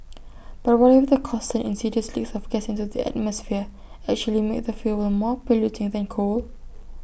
but what if the constant insidious leaks of gas into the atmosphere actually make the fuel more polluting than coal